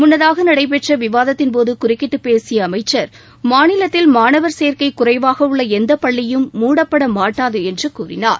முன்னதாக நடைபெற்ற விவாதத்தின் போது குறுக்கிட்டு பேசிய அமைச்சர் மாநிலத்தில் மாணவர் சேர்க்கை குறைவாக உள்ள எந்த பள்ளியும் மூடப்படமாட்டாது என்று கூறினார்